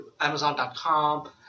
Amazon.com